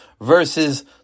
versus